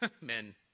men